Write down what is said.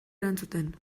erantzuten